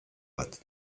bat